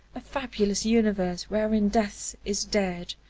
a fabulous universe wherein death is dead,